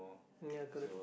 ya correct